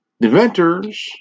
inventors